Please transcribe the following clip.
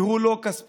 והוא לא כספומט,